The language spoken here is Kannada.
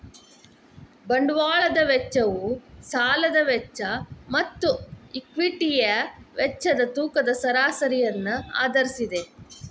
ಬಂಡವಾಳದ ವೆಚ್ಚವು ಸಾಲದ ವೆಚ್ಚ ಮತ್ತು ಈಕ್ವಿಟಿಯ ವೆಚ್ಚದ ತೂಕದ ಸರಾಸರಿಯನ್ನು ಆಧರಿಸಿದೆ